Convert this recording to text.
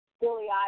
Billy